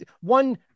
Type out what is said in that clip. one